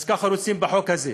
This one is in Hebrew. ככה רוצים בחוק הזה.